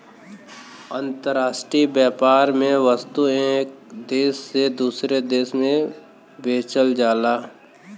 अंतराष्ट्रीय व्यापार में वस्तु एक देश से दूसरे देश में बेचल जाला